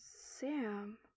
Sam